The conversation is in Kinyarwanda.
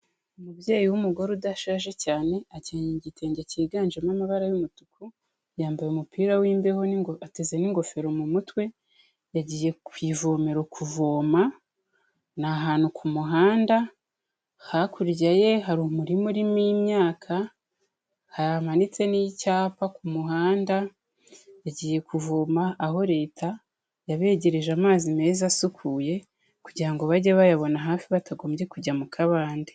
Umubyeyi w'umugore udashaje cyane, akenyeye igitenge cyiganjemo amabara y'umutuku, yambaye umupira w'imbeho, n'ingofero mu mutwe, yagiye kuvomera kuvoma. Ni ahantu ku muhanda. Hakurya ye hari umurima urimo imyaka, hamanitse n'icyapa ku muhanda. Yagiye kuvoma, aho Leta yabegereje amazi meza asukuye, kugira ngo bajye bayabona hafi, batagombye kujya mu kabande.